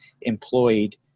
employed